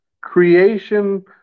creation